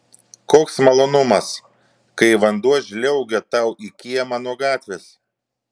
koks malonumas kai vanduo žliaugia tau į kiemą nuo gatvės